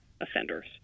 offenders